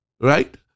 Right